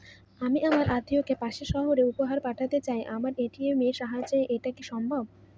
আমি আমার আত্মিয়কে পাশের সহরে উপহার পাঠাতে চাই আমার এ.টি.এম এর সাহায্যে এটাকি সম্ভবপর?